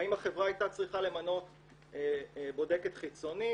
האם החברה הייתה צריכה למנות בודקת חיצונית